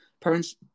Parents